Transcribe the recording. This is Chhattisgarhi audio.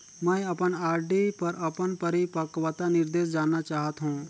मैं अपन आर.डी पर अपन परिपक्वता निर्देश जानना चाहत हों